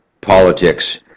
politics